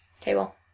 Table